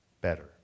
Better